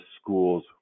schools